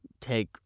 take